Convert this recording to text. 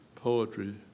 poetry